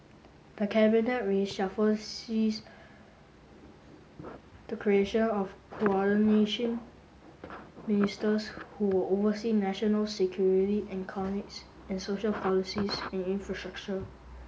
the cabinet reshuffle sees the creation of Coordination Ministers who will oversee national security economics and social policies and infrastructure